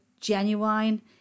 genuine